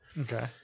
Okay